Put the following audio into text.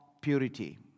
purity